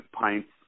pints